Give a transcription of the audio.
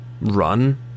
run